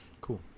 cool